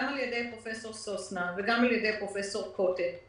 גם על ידי פרופ' סוסנה וגם על ידי פרופ' קוטן,